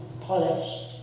polished